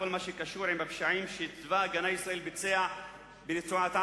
בכל מה שקשור לפשעים שצבא-הגנה לישראל ביצע ברצועת-עזה,